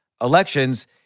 elections